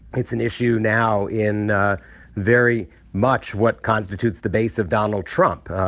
it's an issue now in very much what constitutes the base of donald trump.